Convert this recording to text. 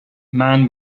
man